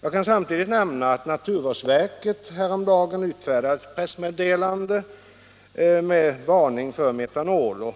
Jag kan samtidigt nämna att naturvårdsverket häromdagen utfärdade ett pressmeddelande med varning för metanol.